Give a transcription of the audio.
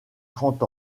trente